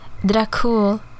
Dracul